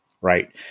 right